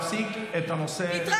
אבל עזוב אותך מהשיטה הזאת.